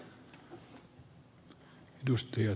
arvoisa puhemies